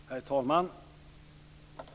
Herr talman!